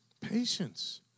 Patience